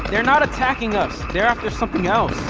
they're not attacking us, they're after something else